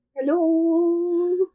Hello